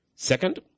Second